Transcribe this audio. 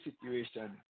situation